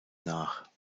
nach